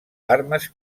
armes